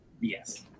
yes